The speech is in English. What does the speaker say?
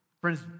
Friends